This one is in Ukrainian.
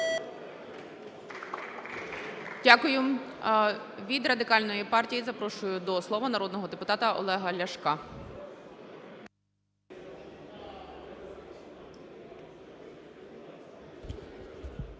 Дякую. Від Радикальної партії запрошую до слова народного депутата Олега Ляшка.